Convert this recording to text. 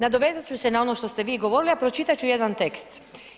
Nadovezat ću se na ono što ste vi govorili, a pročitat ću jedan tekst.